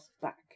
back